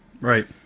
Right